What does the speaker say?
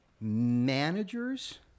Managers